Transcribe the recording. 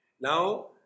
Now